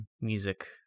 music